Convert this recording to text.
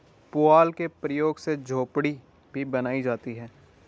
पुआल के प्रयोग से झोपड़ी भी बनाई जाती है